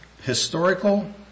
historical